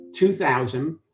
2000